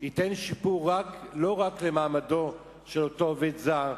תשפר לא רק את מעמדו של אותו עובד זר,